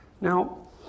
Now